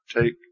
take